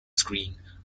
screen